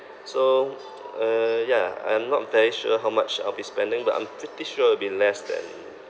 so uh yeah I'm not very sure how much I'll be spending but I'm pretty sure it'll be less than